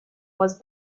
was